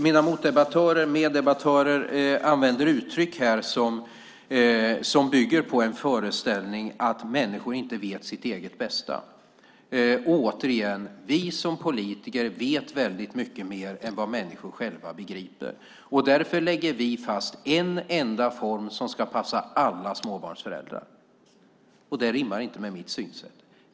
Mina motdebattörer, eller meddebattörer, använder uttryck som bygger på föreställningen att människor inte vet sitt eget bästa. Man menar att vi politiker vet väldigt mycket mer än vad människorna själva begriper, och därför lägger vi fast en enda form som ska passa alla småbarnsföräldrar. Det rimmar inte med mitt synsätt.